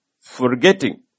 forgetting